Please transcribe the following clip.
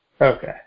Okay